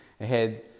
ahead